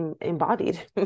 embodied